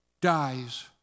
dies